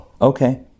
okay